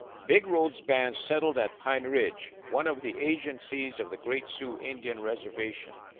big road's band settled at pine ridge, one of the agencies of the great sioux indian reservation,